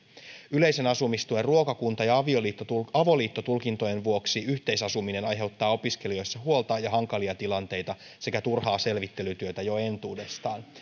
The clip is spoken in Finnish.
yleisen asumistuen ruokakunta ja avoliittotulkintojen vuoksi yhteisasuminen aiheuttaa opiskelijoissa huolta ja hankalia tilanteita sekä turhaa selvittelytyötä jo entuudestaan